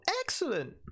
excellent